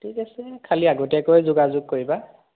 ঠিক আছে খালি আগতীয়াকৈ যোগাযোগ কৰিবা